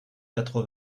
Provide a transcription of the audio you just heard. quatre